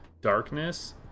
Darkness